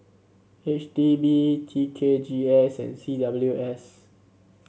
H D B T K G S and C W S